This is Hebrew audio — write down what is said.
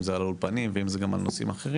אם זה על האולפנים ואם זה גם על נושאים אחרים,